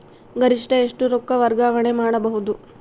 ಗರಿಷ್ಠ ಎಷ್ಟು ರೊಕ್ಕ ವರ್ಗಾವಣೆ ಮಾಡಬಹುದು?